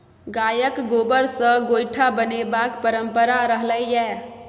गायक गोबर सँ गोयठा बनेबाक परंपरा रहलै यै